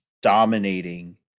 dominating